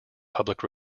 public